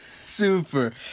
Super